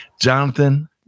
Jonathan